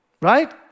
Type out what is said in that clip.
right